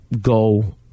go